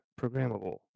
programmable